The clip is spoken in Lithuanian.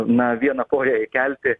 na vieną koją įkelti